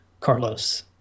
Carlos